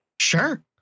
Sure